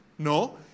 no